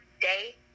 day